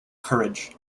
courage